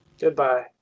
Goodbye